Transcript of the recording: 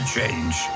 change